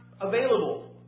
available